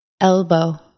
Elbow